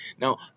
Now